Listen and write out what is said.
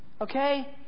Okay